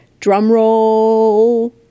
drumroll